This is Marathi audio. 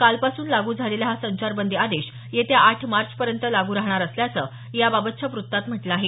कालपासून लागू झालेला हा संचारबंदी आदेश येत्या आठ मार्चपर्यंत लागू राहणार असल्याचं याबाबतच्या वृत्तात म्हटलं आहे